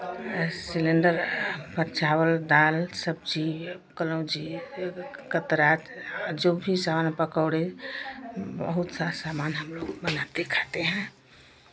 cylinder पर चावल दाल सब्जी कनौजी फिर कतरा जो भी सामान पकौड़े बहुत सा सामान हमलोग बनाते खाते हैं